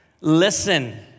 listen